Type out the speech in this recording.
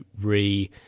re